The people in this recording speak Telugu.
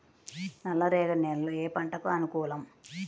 నల్ల రేగడి నేలలు ఏ పంటకు అనుకూలం?